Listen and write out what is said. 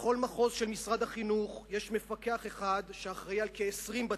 בכל מחוז של משרד החינוך יש מפקח אחד שאחראי על כ-20 בתי-ספר.